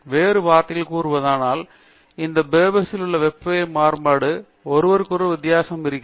வேறு வார்த்தைகளில் கூறுவதானால் இந்த பீவர்ஸ் ல் உள்ள வெப்பநிலை மாறுபாடு ஒருவருக்கொருவர் வித்தியாசமாக இருக்கிறது